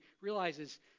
realizes